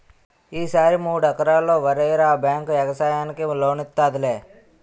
ఈ సారి మూడెకరల్లో వరెయ్యరా బేంకు యెగసాయానికి లోనిత్తాదిలే